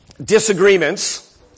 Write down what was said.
disagreements